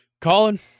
Colin